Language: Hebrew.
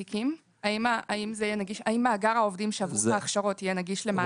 האם מאגר העובדים שעברו את ההכשרות יהיה נגיש למעסיקים?